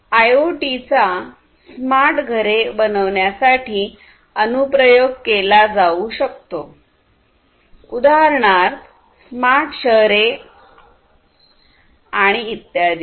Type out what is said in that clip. IoT चा smart घरे बनवण्यासाठी अनुप्रयोग केला जाऊ शकतो उदाहरणार्थ स्मार्ट शहरे आणि इत्यादी